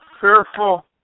fearful